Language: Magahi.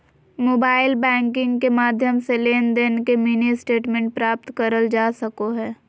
मोबाइल बैंकिंग के माध्यम से लेनदेन के मिनी स्टेटमेंट प्राप्त करल जा सको हय